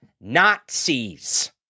Nazis